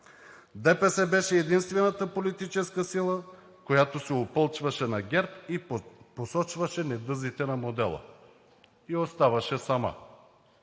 ДПС беше единствената политическа сила, която се опълчваше на ГЕРБ и посочваше недъзите на модела и оставаше сама.